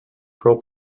pro